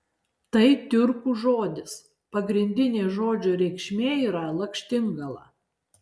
tai tiurkų žodis pagrindinė žodžio reikšmė yra lakštingala